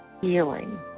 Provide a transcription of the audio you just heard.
healing